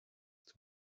zum